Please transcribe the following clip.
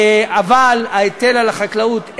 אבל ההיטל על החקלאות,